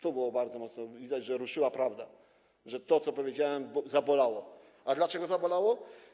To było bardzo mocno widać, że prawda ruszyła, że to, co powiedziałem, zabolało, a dlaczego zabolało?